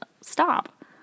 stop